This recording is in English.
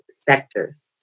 sectors